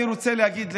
אני רוצה להגיד לך,